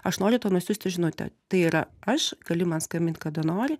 aš noriu tau nusiųsti žinutę tai yra aš gali man skambint kada nori